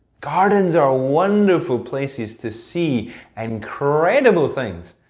gardens are wonderful places to see incredible things.